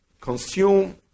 consume